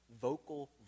vocal